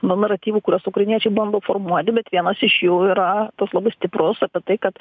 na naratyvų kuriuos ukrainiečiai bando formuoti bet vienas iš jų yra tuos labai stiprus apie tai kad